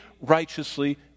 righteously